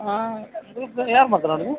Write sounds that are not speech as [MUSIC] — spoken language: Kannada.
ಹಾಂ [UNINTELLIGIBLE] ಯಾರು ಮಾತಾಡೋದು